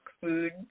food